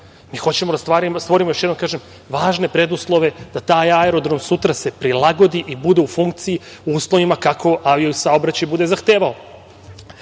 Mi hoćemo da stvorimo, još jednom kažem, važne preduslove da se taj aerodrom sutra prilagodi i bude u funkciji u uslovima kakve avio-saobraćaj bude zahtevao. Takođe,